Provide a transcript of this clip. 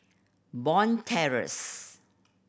Bond Terrace